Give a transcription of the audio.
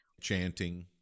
chanting